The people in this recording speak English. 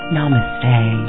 Namaste